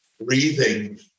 Breathing